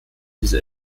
diese